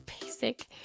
basic